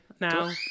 now